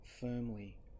firmly